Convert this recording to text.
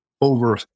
over